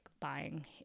buying